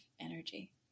energy